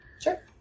Sure